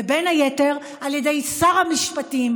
בין היתר על ידי שר המשפטים,